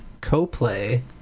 co-play